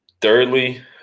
Thirdly